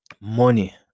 money